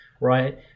right